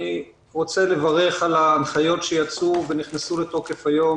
אני רוצה לברך על ההנחיות שיצאו ונכנסו לתוקף היום,